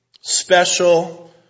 special